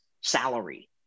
salary